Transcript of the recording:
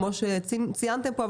כמו שציינתם פה,